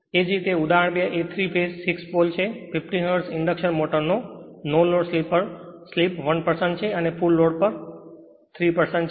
એ જ રીતે ઉદાહરણ 2 એ 3 ફેજ 6 પોલ છે 50 હર્ટ્ઝ ઇન્ડક્શન મોટરમાં નો લોડ પર સ્લિપ 1 છે અને ફુલ લોડનો 3 છે